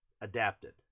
adapted